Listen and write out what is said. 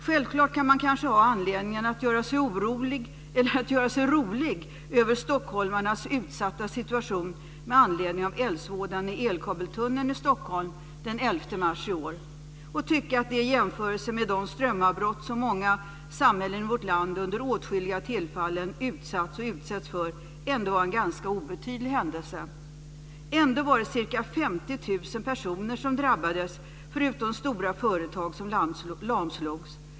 Självklart kan man kanske ha anledning att göra sig rolig över stockholmarnas utsatta situation med anledning av eldsvådan i elkabeltunneln i Stockholm den 11 mars i år och tycka att det, i jämförelse med de strömavbrott som många samhällen i vårt land under åtskilliga tillfällen utsatts och utsätts för, ändå var en ganska obetydlig händelse. Ändå var det ca 50 000 personer som drabbades förutom stora företag som lamslogs.